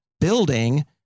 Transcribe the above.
building